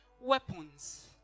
weapons